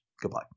Goodbye